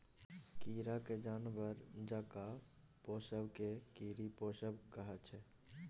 कीरा केँ जानबर जकाँ पोसब केँ कीरी पोसब कहय छै